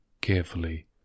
carefully